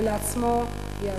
ולעצמו יעשה.